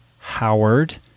Howard